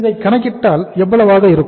இதைக் கணக்கிட்டால் எவ்வளவாக இருக்கும்